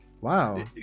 wow